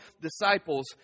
disciples